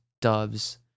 doves